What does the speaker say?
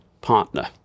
partner